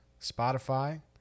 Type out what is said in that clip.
Spotify